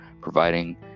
providing